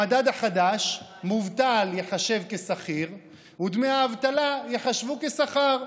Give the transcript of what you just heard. במדד החדש מובטל ייחשב כשכיר ודמי האבטלה ייחשבו כשכר,